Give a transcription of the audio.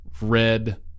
red